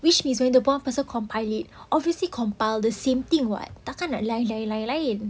which is one person compile it obviously compile the same thing [what] takkan nak lain-lain